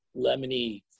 lemony